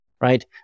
right